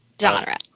genre